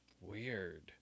Weird